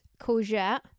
courgette